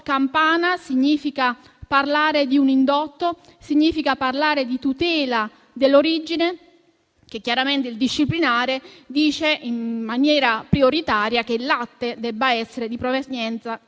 campana, significa parlare di un indotto, significa parlare di tutela dell'origine, visto che il disciplinare dice in maniera prioritaria che il latte debba essere di provenienza casertana.